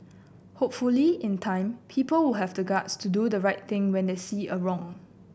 hopefully in time people will have the guts to do the right thing when they see a wrong